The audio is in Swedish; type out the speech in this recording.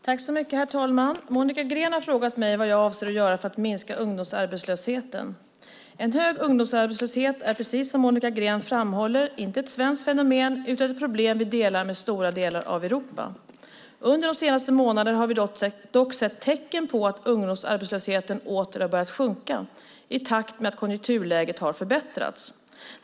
Herr talman! Monica Green har frågat mig vad jag avser att göra för att minska ungdomsarbetslösheten. En hög ungdomsarbetslöshet är, precis som Monica Green framhåller, inte ett svenskt fenomen utan ett problem som vi delar med stora delar av Europa. Under de senaste månaderna har vi dock sett tecken på att ungdomsarbetslösheten åter har börjat sjunka, i takt med att konjunkturläget har förbättrats.